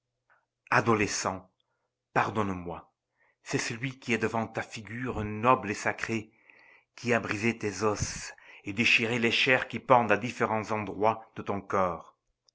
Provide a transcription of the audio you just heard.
adolescent pardonne-moi c'est celui qui est devant ta figure noble et sacrée qui a brisé tes os et déchiré les chairs qui pendent à différents endroits de ton corps